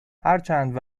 هرچند